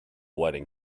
wedding